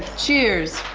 cheers.